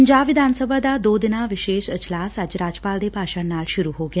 ਪੰਜਾਬ ਵਿਧਾਨ ਸਭਾ ਦਾ ਦੋ ਦਿਨਾਂ ਵਿਸ਼ੇਸ਼ ਇਜਲਾਸ ਅੱਜ ਰਾਜਪਾਲ ਦੇ ਭਾਸ਼ਣ ਨਾਲ ਸੁਰੁ ਹੋ ਗਿਆ